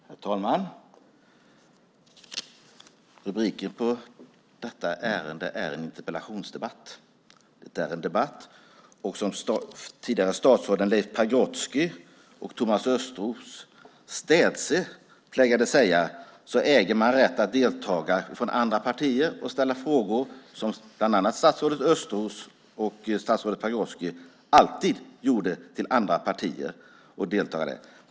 Herr talman! Rubriken på detta ärende är interpellationsdebatt. Som de tidigare statsråden Leif Pagrotsky och Thomas Östros städse plägade säga äger man rätt att delta från andra partier och ställa frågor, som bland annat statsrådet Östros och statsrådet Pagrotsky alltid gjorde till andra partier och deltagare.